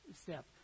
step